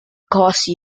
cause